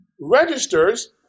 registers